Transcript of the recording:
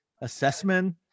assessment